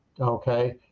okay